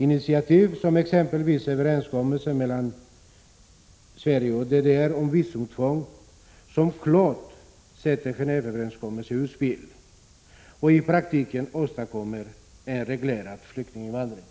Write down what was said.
Det är sådana initiativ som överenskommelsen mellan Sverige och DDR om visumtvång, som klart sätter Gendveöverenskommelsen ur spel och i praktiken åstadkommer en reglerad flyktinginvandring.